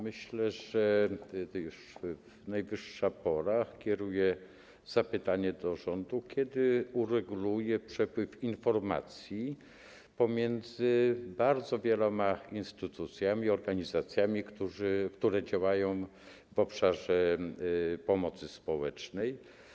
Myślę, że to już najwyższa pora, kieruję zapytanie do rządu, kiedy ureguluje przepływ informacji pomiędzy bardzo wieloma instytucjami i organizacjami, które działają w obszarze pomocy społecznej.